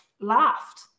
laughed